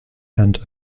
and